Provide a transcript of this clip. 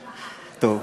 טוב,